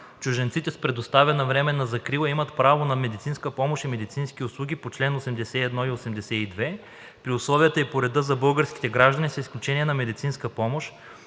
Чужденците с предоставена временна закрила имат право на медицинска помощ и медицински услуги по чл. 81 и 82 при условията и по реда за българските граждани, с изключение на медицинска помощ,